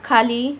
खाली